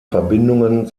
verbindungen